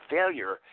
Failure